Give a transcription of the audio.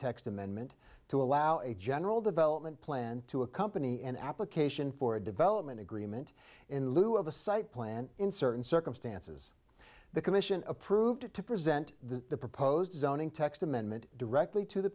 text amendment to allow a general development plan to accompany an application for a development agreement in lieu of a site plan in certain circumstances the commission approved it to present the proposed zoning text amendment directly to the